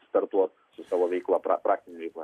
startuot su savo veikla pra praktine veikla